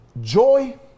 Joy